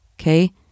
Okay